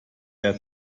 der